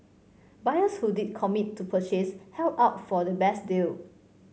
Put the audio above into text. buyers who did commit to purchase held out for the best deal